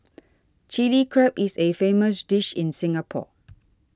Chilli Crab is a famous dish in Singapore